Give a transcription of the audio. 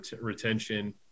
retention